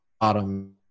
bottom